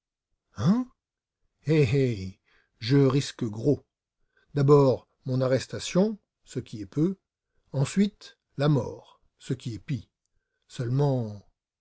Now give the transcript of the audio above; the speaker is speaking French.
hein eh eh je risque gros d'abord mon arrestation ce qui est peu ensuite la mort ce qui est pis seulement